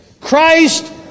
Christ